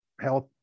health